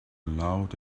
loud